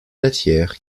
matière